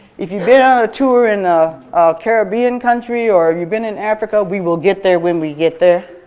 if you've been on a tour in a caribbean country, or you've been in africa, we will get there when we get there.